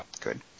good